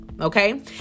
Okay